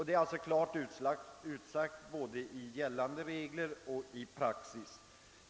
Det är alltså klart utsagt både i gällande regler och i praxis.